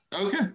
Okay